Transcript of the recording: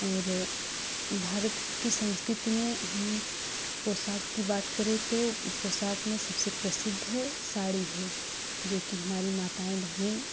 और भारत की संस्कृति में हम पोशाक की बात करें तो पोशाक में सबसे प्रसिद्ध साड़ी है जो कि हमारी माताएँ बहनें